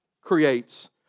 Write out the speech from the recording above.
creates